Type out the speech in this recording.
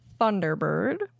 Thunderbird